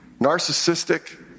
narcissistic